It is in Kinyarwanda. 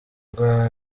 bwa